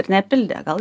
ir nepildė gal